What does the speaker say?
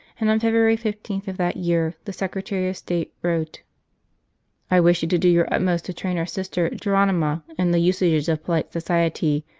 and on february fifteen of that year the secretary of state wrote i wish you to do your utmost to train our sister geronima in the usages of polite society,